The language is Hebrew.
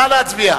נא להצביע.